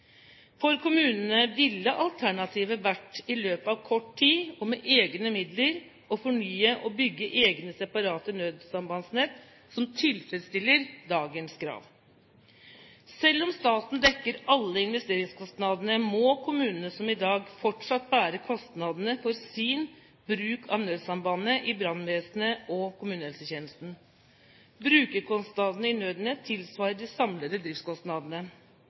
For kommunene ville alternativet vært i løpet av kort tid og med egne midler å fornye og bygge egne separate nødsambandsnett som tilfredsstiller dagens krav. Selv om staten dekker alle investeringskostnadene, må kommunene, som i dag, fortsatt bære kostnadene for sin bruk av nødsambandet i brannvesenet og kommunehelsetjenesten. Brukerkostnadene i Nødnett tilsvarer de samlede driftskostnadene.